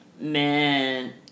Man